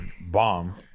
bomb